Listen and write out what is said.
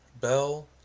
Bell